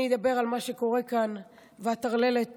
אני אדבר על מה שקורה כאן ועל הטרללת